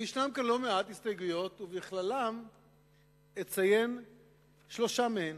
וישנן כאן לא מעט הסתייגויות, ואציין שלוש מהן.